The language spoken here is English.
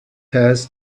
has